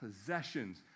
possessions